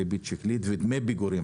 ריבית שקלית ודמי פיגורים.